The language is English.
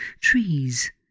Trees